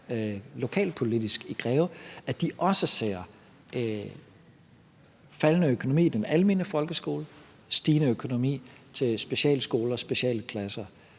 haft oppe, at de også ser faldende økonomi til den almene folkeskole og stigende økonomi til specialskoler og specialklasser.